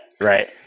right